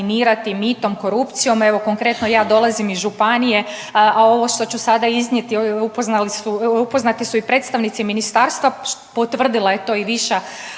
mitom i korupcijom. Evo konkretno ja dolazim iz županije, a ovo što ću sada iznijeti, upoznati su i predstavnici ministarstva, potvrdila je to i viša